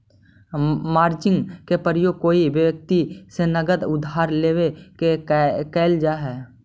margin के प्रयोग कोई व्यक्ति से नगद उधार लेवे में कैल जा हई